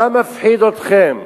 מה מפחיד אתכם?